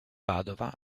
padova